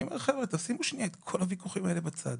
אני אומר חבר'ה, שימו את כל הוויכוחים האלה בצד.